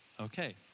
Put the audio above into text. Okay